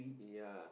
yeah